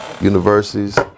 universities